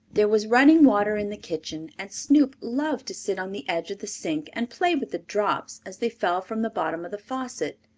there was running water in the kitchen, and snoop loved to sit on the edge of the sink and play with the drops as they fell from the bottom of the faucet.